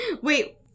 Wait